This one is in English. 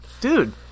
dude